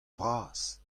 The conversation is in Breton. vras